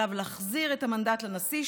עליו להחזיר את המנדט לנשיא,